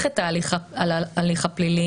הדרך הכי קלה ופשוטה היא להסתכל על הסעיף שיש היום,